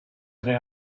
tre